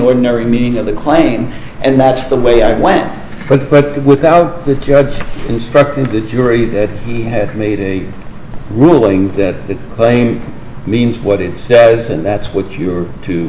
ordinary meaning of the claim and that's the way i went but without the judge instructed the jury that he had made a ruling that claim means what it says and that's what you are to